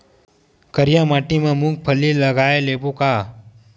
करिया माटी मा मूंग फल्ली लगय लेबों का?